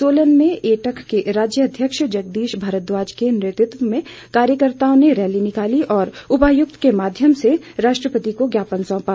सोलन में एटक के राज्य अध्यक्ष जगदीश भारद्वाज के नेतृत्व में कार्यकर्ताओं ने रैली निकाली और उपायुक्त के माध्यम से राष्ट्रपति को ज्ञापन सौंपा